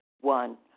One